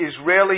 Israeli